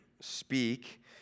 speak